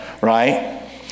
right